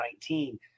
2019